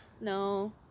No